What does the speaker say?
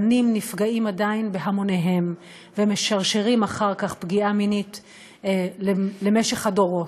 בנים עדיין נפגעים בהמוניהם ומשרשרים אחר כך פגיעה מינית למשך הדורות.